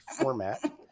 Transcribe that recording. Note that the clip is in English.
format